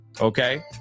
Okay